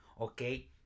okay